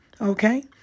Okay